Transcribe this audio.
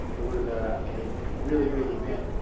it was ah a really great event.